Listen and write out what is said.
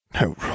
No